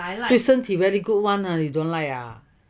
对身体 very good [one] you don't like ah